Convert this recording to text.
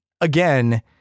again